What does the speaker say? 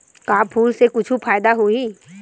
का फूल से कुछु फ़ायदा होही?